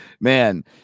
Man